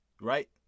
Right